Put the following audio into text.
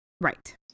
Right